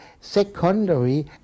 secondary